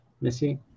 Missy